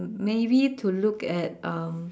maybe to look at um